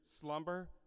slumber